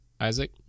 Isaac